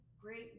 great